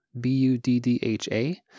B-U-D-D-H-A